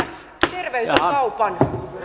terveys on kaupan